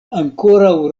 ankoraŭ